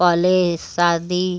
पहले शादी